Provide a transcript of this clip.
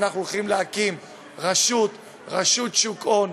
שאנחנו הולכים להקים רשות שוק הון,